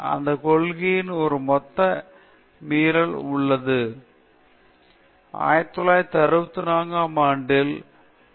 இங்கே கொள்கையின் ஒரு மொத்த மீறல் உள்ளது அது பாகுபாடு அடிப்படையிலானது எந்த வெள்ளையனும் இந்த ஆராய்ச்சி வேலையில் பாடங்களைப் படித்திருக்கவில்லை